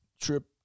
trip